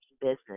business